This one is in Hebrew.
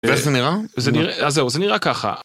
ואיך זה נראה? זה אז זהו, זה נראה ככה.